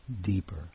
deeper